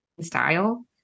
style